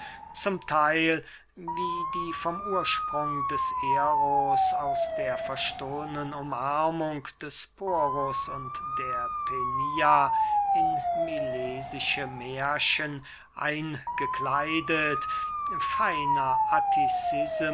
zum theil wie die vom ursprung des eros aus der verstohlnen umarmung des porus und der penia in milesische mährchen eingekleidet feiner